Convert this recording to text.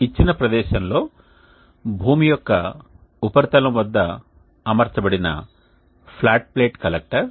ఇచ్చిన ప్రదేశంలో భూమి యొక్క ఉపరితలం వద్ద అమర్చబడిన ఫ్లాట్ ప్లేట్ కలెక్టర్